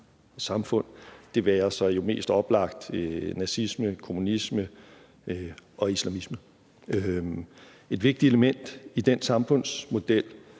samfund, det være sig jo mest oplagt nazisme, kommunisme eller islamisme. Et vigtigt element i den samfundsmodel,